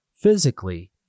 physically